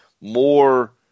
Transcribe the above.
more